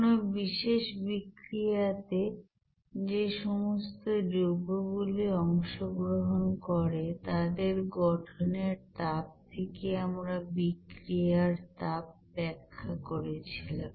কোন বিশেষ বিক্রিয়াতে যে সমস্ত যৌগ গুলি অংশগ্রহণ করে তাদের গঠনের তাপ থেকে আমরা বিক্রিয়ার তাপ ব্যাখ্যা করেছিলাম